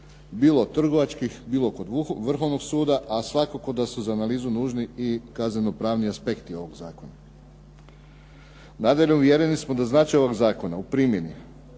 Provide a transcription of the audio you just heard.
bilo trgovačkih, bilo kod Vrhovnog suda, a svakako da su za analizu nužni i kaznenopravni aspekti ovog zakona. Nadalje, uvjereni smo da značaj ovog zakona u primjeni